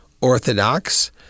Orthodox